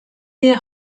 their